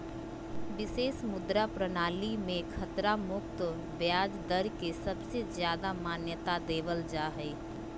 विशेष मुद्रा प्रणाली मे खतरा मुक्त ब्याज दर के सबसे ज्यादा मान्यता देवल जा हय